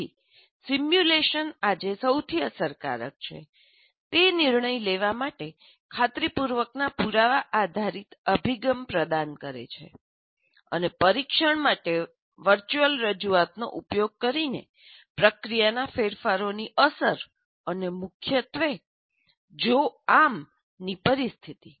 તેથી સિમ્યુલેશન આજે સૌથી અસરકારક છે તે નિર્ણય લેવા માટે ખાતરીપૂર્વકના પુરાવા આધારિત અભિગમ પ્રદાન કરે છે અને પરીક્ષણ માટે વર્ચુઅલ રજૂઆતનો ઉપયોગ કરીને પ્રક્રિયાના ફેરફારોની અસર અને મુખ્યત્વે 'જો આમ'ની પરિસ્થિતિ